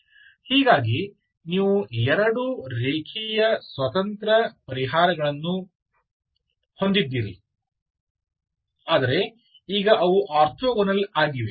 ಹೀಗಾಗಿ ನೀವು ಎರಡು ರೇಖೀಯ ಸ್ವತಂತ್ರ ಪರಿಹಾರಗಳನ್ನು ಹೊಂದಿದ್ದೀರಿ ಆದರೆ ಈಗ ಅವು ಆರ್ಥೋಗೋನಲ್ ಆಗಿವೆ